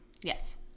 yes